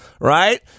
Right